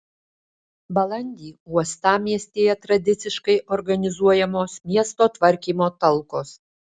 balandį uostamiestyje tradiciškai organizuojamos miesto tvarkymo talkos